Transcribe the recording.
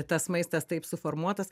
tas maistas taip suformuotas